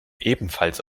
ebenfalls